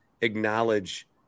acknowledge